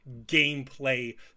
gameplay